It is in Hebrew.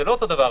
זה לא אותו דבר.